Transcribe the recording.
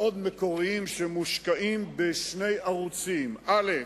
מאוד מקוריים, שמושקעים בשני ערוצים: א.